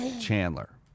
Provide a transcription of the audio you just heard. Chandler